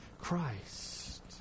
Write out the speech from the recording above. Christ